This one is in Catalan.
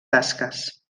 tasques